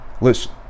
Listen